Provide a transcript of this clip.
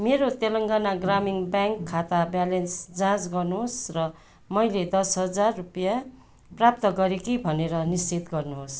मेरो तेलङ्गना ग्रामीण ब्याङ्क खाता ब्यालेन्स जाँच गर्नुहोस् र मैले दस हजार रुपियाँ प्राप्त गरे कि भनेर निश्चित गर्नुहोस्